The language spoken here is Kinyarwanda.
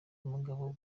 n’umugabo